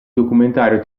documentario